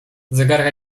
zegarka